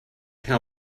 how